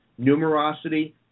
numerosity